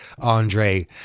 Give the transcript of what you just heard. Andre